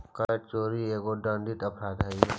कर चोरी एगो दंडनीय अपराध हई